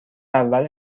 اول